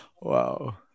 Wow